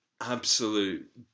absolute